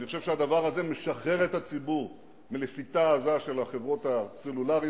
אני חושב שהדבר הזה משחרר את הציבור מלפיתה עזה של החברות הסלולריות,